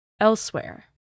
elsewhere